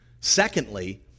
Secondly